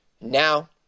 Now